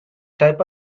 type